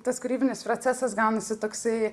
tas kūrybinis procesas gaunasi toksai